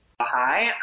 hi